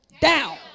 down